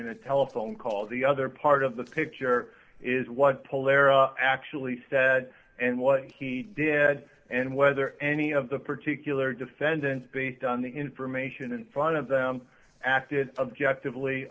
in a telephone call the other part of the picture is what polaris actually said and what he did and whether any of the particular defendants based on the information in front of them acted objective